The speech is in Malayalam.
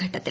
ഘട്ടത്തിൽ